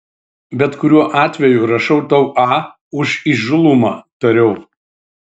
bet kuriuo atveju rašau tau a už įžūlumą tariau